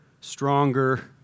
stronger